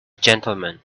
gentleman